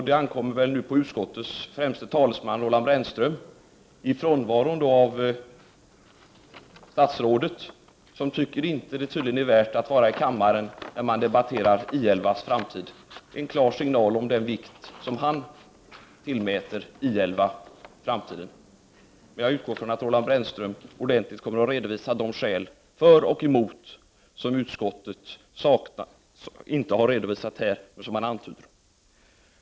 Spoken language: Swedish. Det ankommer väl nu på utskottets främste talesman Roland Brännström att i statsrådets frånvaro — han tycker tydligen inte att det är värt att vara i kammaren när man debatterar I 11:s framtid — ge en klar signal av den vikt som han tillmäter I 11 i framtiden. Jag utgår från att Roland Brännström ordentligt kommer att redovisa de skäl för och emot som utskottet inte har redovisat här men som antyds i betänkandet.